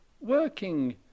working